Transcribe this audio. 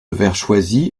vertchoisi